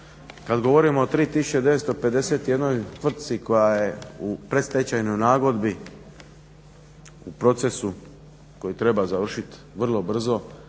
kad govorimo o 3951 tvrtci koja je u predstečajnoj nagodbi u procesu koji treba završiti vrlo brzo,